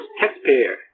taxpayer